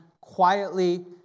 quietly